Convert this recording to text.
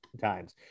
times